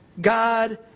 God